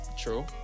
True